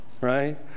right